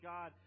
God